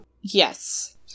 Yes